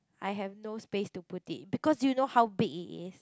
I have no space to put it because you know how big it is